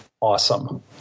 awesome